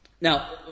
Now